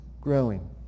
growing